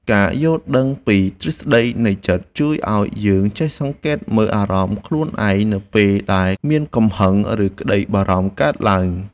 ការយល់ដឹងពីទ្រឹស្តីនៃចិត្តជួយឱ្យយើងចេះសង្កេតមើលអារម្មណ៍ខ្លួនឯងនៅពេលដែលមានកំហឹង ឬ ក្តីបារម្ភកើតឡើង។